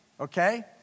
okay